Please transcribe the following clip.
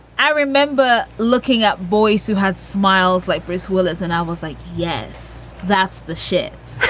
i remember looking up boys who had smiles like bruce willis. and i was like, yes, that's the shit